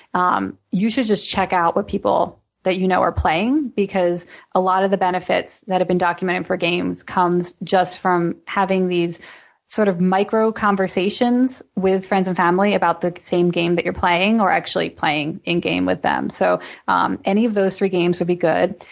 um you should just check out what people you know are playing, because a lot of the benefits that have been documented for games comes just from having these sort of micro conversations with friends and family about the same game that you're playing or actually playing a game with them. so um any of those three games would be good.